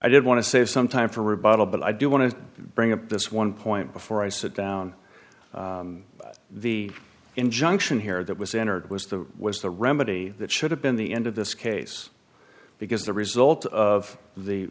i did want to save some time for rebuttal but i do want to bring up this one point before i sit down the injunction here that was entered was the was the remedy that should have been the end of this case because the result of the